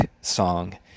song